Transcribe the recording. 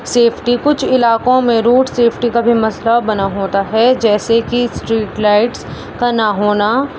safety کچھ علاقوں میں روٹ سیفٹی کا بھی مسئلہ بنا ہوتا ہے جیسے کہ اسٹریٹ لائٹس کا نہ ہونا